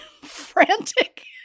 frantic